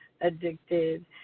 addicted